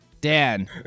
Dan